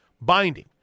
binding